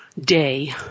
day